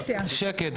שקט.